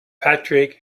patrick